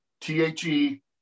T-H-E